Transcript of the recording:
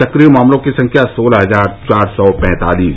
सक्रिय मामलों की संख्या सोलह हजार चार सौ पैंतालीस